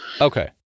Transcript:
Okay